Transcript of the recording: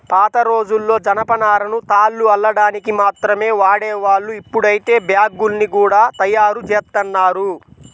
పాతరోజుల్లో జనపనారను తాళ్లు అల్లడానికి మాత్రమే వాడేవాళ్ళు, ఇప్పుడైతే బ్యాగ్గుల్ని గూడా తయ్యారుజేత్తన్నారు